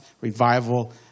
revival